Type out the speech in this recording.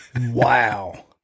wow